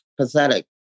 pathetic